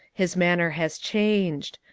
his manner has changed.